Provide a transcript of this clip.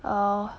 uh